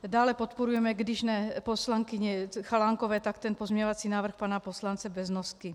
Dále podporujeme když ne poslankyně Chalánkové, tak pozměňovací návrh pana poslance Beznosky.